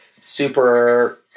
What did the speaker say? super